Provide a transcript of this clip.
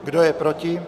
Kdo je proti?